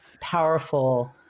powerful